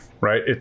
right